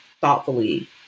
thoughtfully